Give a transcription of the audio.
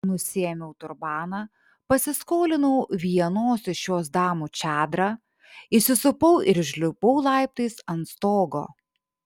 nusiėmiau turbaną pasiskolinau vienos iš jos damų čadrą įsisupau ir užlipau laiptais ant stogo